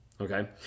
okay